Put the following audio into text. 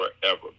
forever